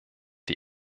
die